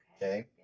Okay